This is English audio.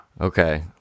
Okay